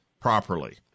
properly